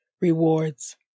Rewards